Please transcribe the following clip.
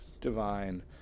Divine